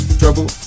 trouble